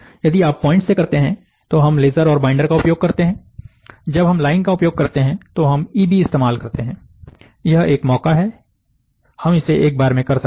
यदि आप पॉइंट से करते हैं तो हम लेजर और बाइंडर का उपयोग करते हैं जब हम लाइन का उपयोग करते हैं तो हम इबी इस्तेमाल करते हैं यह एक मौका है हम इसे एक बार में कर सकते हैं